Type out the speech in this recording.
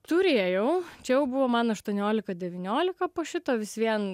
turėjau čia jau buvo man aštuoniolika devyniolika po šito vis vien